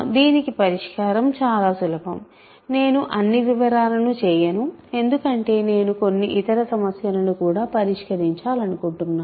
దీనికి పరిష్కారం చాలా సులభం నేను అన్ని వివరాలను చేయను ఎందుకంటే నేను కొన్ని ఇతర సమస్యలను కూడా పరిష్కరించాలనుకుంటున్నాను